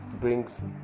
brings